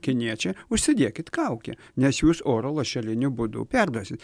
kiniečiai užsidėkit kaukę nes jūs oro lašeliniu būdu perduosit